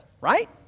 right